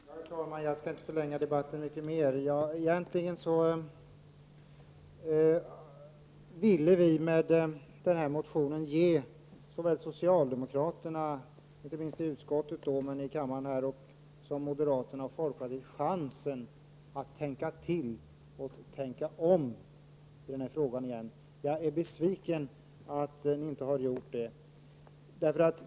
Herr talman! Jag skall inte förlänga den här debatten så mycket mera. Egentligen var avsikten med vår motion att ge såväl socialdemokraterna — inte minst i utskottet, men även de här i kammaren — som moderaterna och folkpartiet en chans att tänka till och tänka om i den här frågan. Jag är besviken över att ni inte har gjort det.